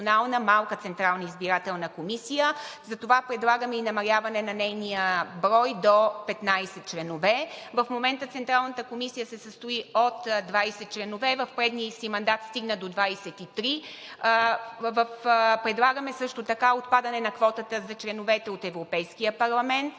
малка Централна избирателна комисия. Затова предлагаме и намаляване на нейния брой до 15 членове. В момента Централната избирателна комисия се състои от 20 членове. В предния си мандат стигна до 23. Предлагаме също така отпадане на квотата за членовете от Европейския парламент.